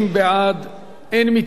אין מתנגדים, אין נמנעים.